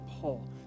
Paul